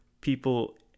people